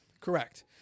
Correct